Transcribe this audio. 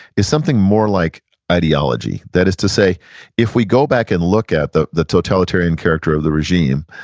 is something more like ideology. that is to say if we go back and look at the the totalitarian character of the regime,